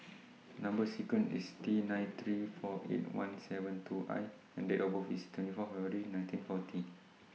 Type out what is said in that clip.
Number sequence IS T nine three four eight one seven two I and Date of birth IS twenty four February nineteen forty